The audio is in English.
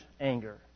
anger